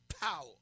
power